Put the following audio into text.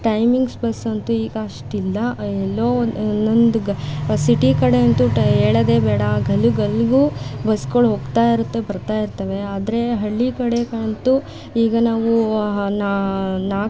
timings ಬಸ್ಸಂತೂ ಈಗ ಅಷ್ಟಿಲ್ಲ ಎಲ್ಲೋ ಒಂದು ಎಲ್ಲೊಂದು ಗ ಸಿಟಿ ಕಡೆಯಂತೂ ಟ ಹೇಳೋದೇ ಬೇಡ ಗಲ್ಲಿ ಗಲ್ಲಿಗೂ ಬಸ್ಗಳು ಹೋಗ್ತಾಯಿರುತ್ತೆ ಬರ್ತಾಯಿರ್ತವೆ ಆದರೆ ಹಳ್ಳಿ ಕಡೆಗಳಂತೂ ಈಗ ನಾವೂ ಹ ನಾ ನಾಲ್ಕು